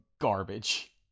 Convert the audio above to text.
garbage